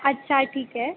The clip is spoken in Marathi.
अच्छा ठीक आहे